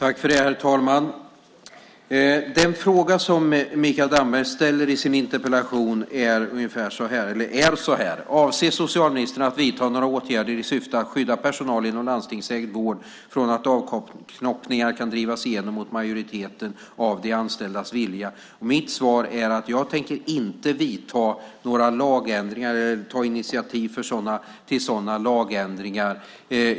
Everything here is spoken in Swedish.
Herr talman! Den fråga som Mikael Damberg ställer i sin interpellation lyder: "Avser socialministern att vidta några åtgärder i syfte att skydda personal inom landstingsägd vård från att avknoppningar kan drivas igenom mot majoriteten av de anställdas vilja?" Mitt svar är att jag inte tänker ta initiativ till sådana lagändringar.